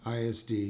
ISD